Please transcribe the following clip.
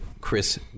Chris